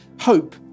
hope